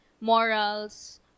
morals